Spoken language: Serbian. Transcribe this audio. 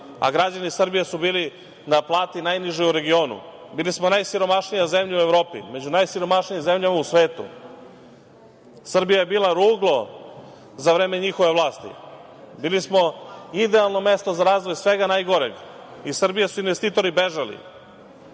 a građani Srbije su bili na plati najnižoj u regionu. Bili smo najsiromašnija zemlja u Evropi, među najsiromašnijim zemljama u svetu. Srbija je bila ruglo za vreme njihove vlasti. Bili smo idealno mesto za razvoj svega najgoreg. Iz Srbije su investitori bežali.